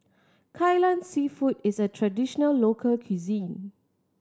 Kai Lan Seafood is a traditional local cuisine